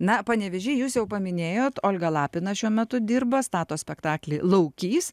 na panevėžy jūs jau paminėjote olgą lapiną šiuo metu dirba stato spektaklį laukys